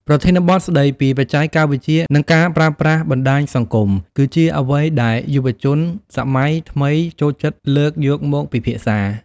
ប្រធានបទស្ដីពីបច្ចេកវិទ្យា និងការប្រើប្រាស់បណ្ដាញសង្គម គឺជាអ្វីដែលយុវជនសម័យថ្មីចូលចិត្តលើកយកមកពិភាក្សា។